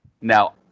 Now